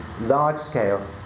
large-scale